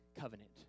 Covenant